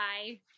Bye